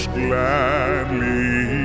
gladly